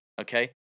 okay